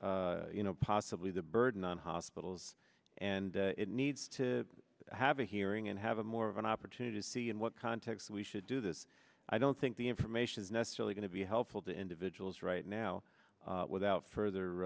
you know possibly the burden on hospitals and it needs to have a hearing and have a more of an opportunity to see in what context we should do this i don't think the information is necessarily going to be helpful to individuals right now without